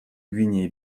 гвинее